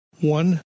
One